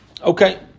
Okay